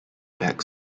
back